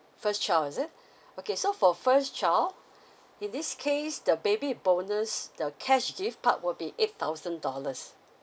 first child is it okay so for first child in this case the baby bonus the cash gift part will be eight thousand dollars